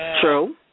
True